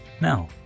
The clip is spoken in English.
Now